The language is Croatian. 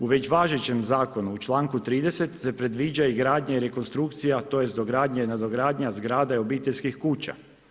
U već važećem zakonu u članku 30. se predviđa i gradnja i rekonstrukcija tj. dogradnja i nadogradnja zgrada i obiteljskih kuća.